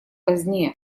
позднее